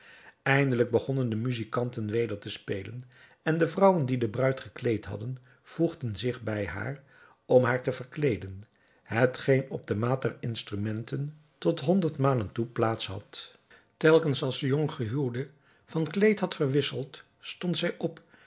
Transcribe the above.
eindelijk begonnen de muzijkanten weder te spelen en de vrouwen die de bruid gekleed hadden voegden zich bij haar om haar te verkleeden hetgeen op de maat der instrumenten tot honderdmalen toe plaats had telkens als de jonggehuwde van kleed had verwisseld stond zij op